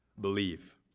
believe